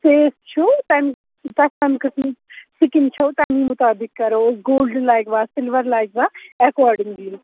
face چھُو تَمہِ تۄہہِ کَمہِ قٕسمُک سِکن چھَو تَمے مُطابِق کَرو أسۍ گولڈ لَگوا سِلوَر لَگوا ایٚکاڈِنٛگلی